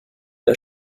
der